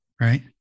right